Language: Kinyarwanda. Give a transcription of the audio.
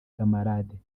camarade